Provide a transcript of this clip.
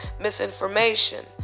misinformation